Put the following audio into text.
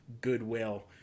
goodwill